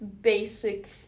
basic